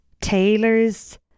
tailors